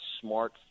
smart